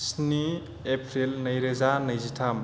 स्नि एप्रिल नैरोजा नैजिथाम